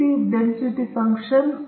ಸಣ್ಣ z ಯಾವುದೇ ನಿರ್ದಿಷ್ಟ ಮೌಲ್ಯ ಇದು 0